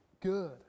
good